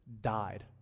died